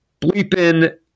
bleeping